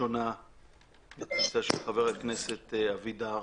מזו של חבר הכנסת אבידר.